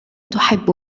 تحب